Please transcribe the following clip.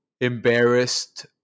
embarrassed